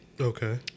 Okay